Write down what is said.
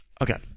Okay